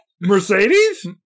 Mercedes